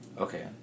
Okay